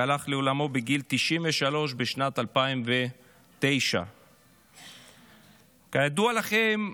והלך לעולמו בגיל 93, בשנת 2009. כידוע לכם,